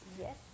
Yes